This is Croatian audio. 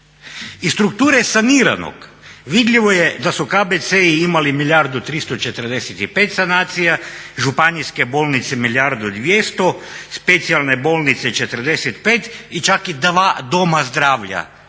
Iz strukture saniranog vidljivo je da su KBC-i imali milijardu 345 sanacija, županijske bolnice milijardu 200, specijalne bolnice 45 i čak i dva doma zdravlja